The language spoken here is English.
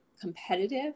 competitive